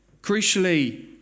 Crucially